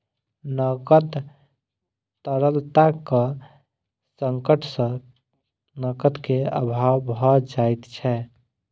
नकद तरलताक संकट सॅ नकद के अभाव भ जाइत छै